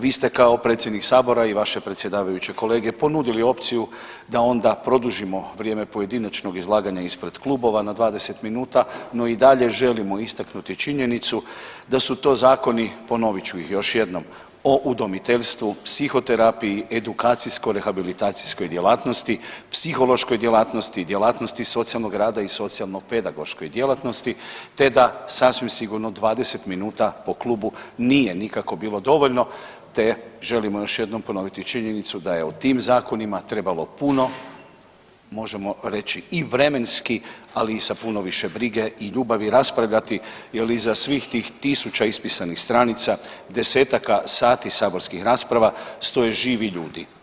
Vi ste kao predsjednik Sabora i vaše predsjedavajuće kolege ponudili opciju da onda produžimo vrijeme pojedinačnog izlaganje ispred klubova na 20 minuta, no i dalje želimo istaknuti činjenicu da su to zakoni, ponovit ću ih još jednom, o udomiteljstvu, psihoterapiji, edukacijsko-rehabilitacijskoj djelatnosti, psihološkoj djelatnosti, djelatnosti socijalnog rada i socijalno-pedagoškoj djelatnosti te da sasvim sigurno 20 minuta po klubu nije nikako bilo dovoljno te želimo još jednom ponoviti činjenicu da je o tim zakonima trebalo puno, možemo reći i vremenski, ali i sa puno više brige i ljubavi raspravljati jer iza svih tih tisuća ispisanih stranica, desetaka sati saborskih rasprava stoje živi ljudi.